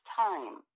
time